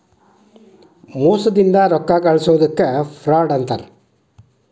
ಮೋಸದಿಂದ ರೊಕ್ಕಾ ಗಳ್ಸೊದಕ್ಕ ಫ್ರಾಡ್ ಅಂತಾರ